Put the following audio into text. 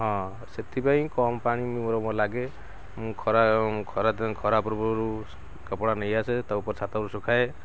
ହଁ ସେଥିପାଇଁ କମ୍ ପାଣି ମୋର ମୋ ଲାଗେ ମୁଁ ଖରା ଖରା ଦିନ ଖରା ପୂର୍ବରୁ କପଡ଼ା ନେଇଆସେ ତା'କୁ ଛାତ ଉପରେ ଶୁଖାଏ